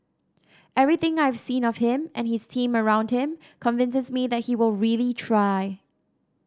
everything I have seen of him and his team around him convinces me that he will really try